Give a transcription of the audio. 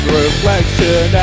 reflection